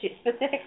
specific